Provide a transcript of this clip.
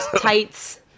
tights